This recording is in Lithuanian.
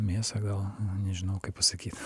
mėsą gal nežinau kaip pasakyt